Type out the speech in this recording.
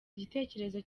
igitekerezo